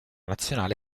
nazionale